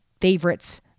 favorites